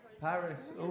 Paris